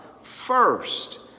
First